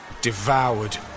Devoured